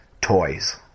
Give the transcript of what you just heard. toys